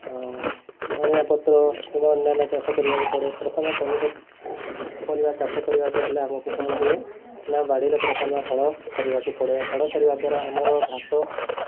ଆଉ ଧନିଆ ପତ୍ର କିମ୍ବା ଅନ୍ୟାନ୍ୟ ଚାଷ କରିବାକୁ ପଡ଼େ ପ୍ରଥମେ ପନିପରିବା ଚାଷ କରିବାକୁ ହେଲେ ଆମକୁ କ'ଣ ହୁଏ ନା ବାଡ଼ିରେ ପ୍ରଥମେ ହଳ କରିବାକୁ ପଡ଼େ ହଳ କରିବା ଦ୍ୱାରା ଆମର ଘାସ